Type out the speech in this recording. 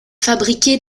fabriqué